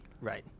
Right